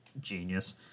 genius